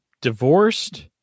Divorced